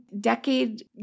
decade